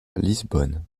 lisbonne